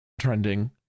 trending